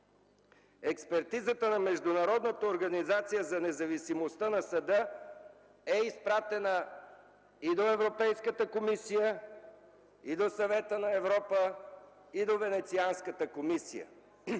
Експертизата на международната организация за независимостта на съда е изпратена и до Европейската комисия, и до Съвета на Европа, и до Венецианската комисия.